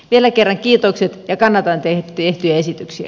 vielä kerran kiitokset ja kannatan tehtyjä esityksiä